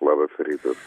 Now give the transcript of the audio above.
labas rytas